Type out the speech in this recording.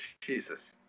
Jesus